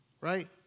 right